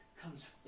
comes